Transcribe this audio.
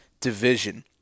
Division